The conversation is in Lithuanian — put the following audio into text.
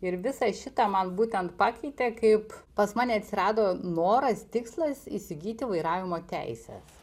ir visą šitą man būtent pakeitė kaip pas mane atsirado noras tikslas įsigyti vairavimo teises